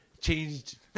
changed